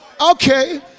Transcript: Okay